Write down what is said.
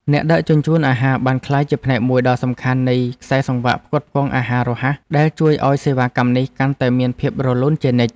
អ្នកដឹកជញ្ជូនអាហារបានក្លាយជាផ្នែកមួយដ៏សំខាន់នៃខ្សែសង្វាក់ផ្គត់ផ្គង់អាហាររហ័សដែលជួយឲ្យសេវាកម្មនេះកាន់តែមានភាពរលូនជានិច្ច។